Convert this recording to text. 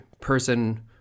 person